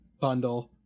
bundle